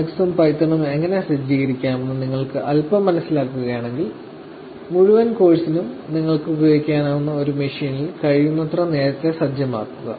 ലിനക്സും പൈത്തണും എങ്ങനെ സജ്ജീകരിക്കാമെന്ന് നിങ്ങൾക്ക് അൽപ്പം മനസ്സിലാകുകയാണെങ്കിൽ മുഴുവൻ കോഴ്സിനും നിങ്ങൾക്ക് ഉപയോഗിക്കാനാകുന്ന ഒരു മെഷീനിൽ കഴിയുന്നത്ര നേരത്തെ സജ്ജമാക്കുക